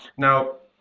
now,